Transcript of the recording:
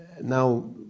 now